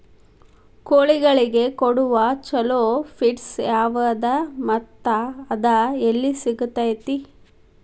ಕೋಳಿಗಳಿಗೆ ಕೊಡುವ ಛಲೋ ಪಿಡ್ಸ್ ಯಾವದ ಮತ್ತ ಅದ ಎಲ್ಲಿ ಸಿಗತೇತಿ?